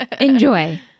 enjoy